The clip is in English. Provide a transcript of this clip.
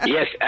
Yes